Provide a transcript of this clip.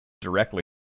directly